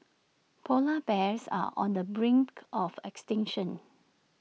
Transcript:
Polar Bears are on the brink of extinction